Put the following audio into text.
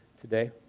today